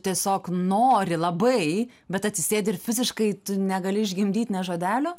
tiesiog nori labai bet atsisėdi ir fiziškai negali išgimdyt nė žodelio